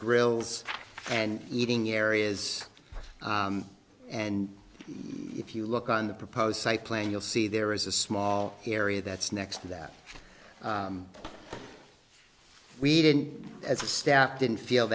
grills and eating areas and if you look on the proposed site plan you'll see there is a small area that's next to that we didn't as a staff didn't feel